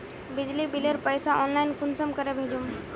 बिजली बिलेर पैसा ऑनलाइन कुंसम करे भेजुम?